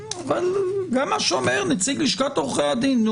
אבל גם מה שאומר נציג לשכת עורכי הדין,